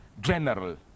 general